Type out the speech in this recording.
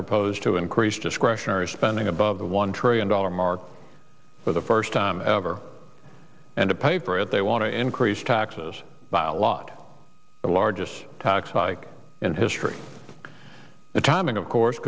proposed to increase discretionary spending above the one trillion dollar mark for the first time ever and a paper that they want to increase taxes by a lot of the largest tax hike in history the timing of course